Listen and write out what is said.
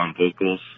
vocals